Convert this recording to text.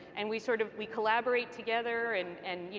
and we sort of we collaborate together, and and you